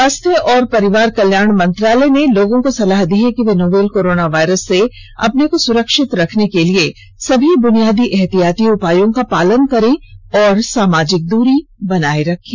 स्वास्थ्य और परिवार कल्याण मंत्रालय ने लोगों को सलाह दी है कि वे नोवल कोरोना वायरस से अपने को सुरक्षित रखने के लिए सभी बुनियादी एहतियाती उपायों का पालन करें और सामाजिक दूरी बनाए रखें